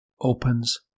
opens